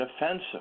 offensive